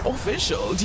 Official